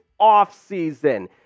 offseason